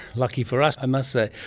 lucky for us i must say.